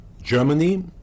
Germany